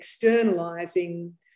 externalizing